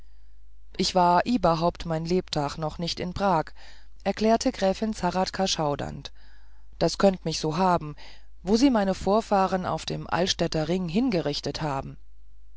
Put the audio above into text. ich war ieberhaupt mein lebtag noch nicht in prag erklärte gräfin zahradka schaudernd das könnt mich so haben wo sie meine vorfahren auf dem altstädter ring hingerichtet haben